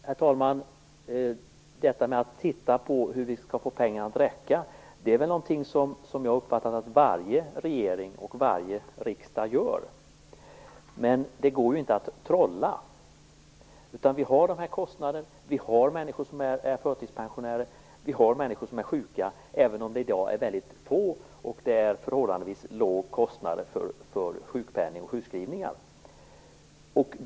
Herr talman! Hur vi skall få pengarna att räcka är väl något som varje regering och riksdag tittar på, men det går inte att trolla. Vi har vissa kostnader. Vi har förtidspensionärer och sjuka, även om dessa i dag är väldigt få och kostnaderna för sjukpenning och sjukskrivningar är förhållandevis låga.